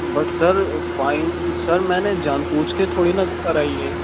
but sir fine sir میں نے جان بوجھ کے تھوڑی نا کرا ہے یہ